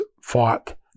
fought